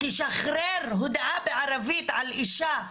תשחרר הודעה בערבית על אישה,